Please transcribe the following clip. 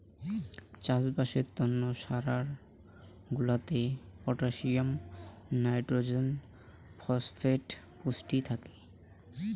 চাষবাসের তন্ন সার গুলাতে পটাসিয়াম, নাইট্রোজেন, ফসফেট পুষ্টি থাকি